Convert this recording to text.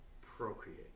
procreate